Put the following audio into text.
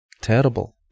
Terrible